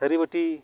ᱛᱷᱟᱹᱨᱤ ᱵᱟᱹᱴᱤ